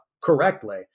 correctly